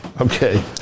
okay